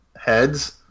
heads